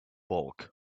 bulk